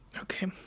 Okay